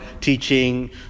teaching